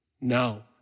now